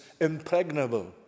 impregnable